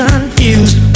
Confused